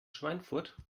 schweinfurt